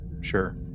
sure